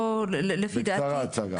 לפי דעתי,